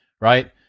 right